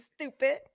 Stupid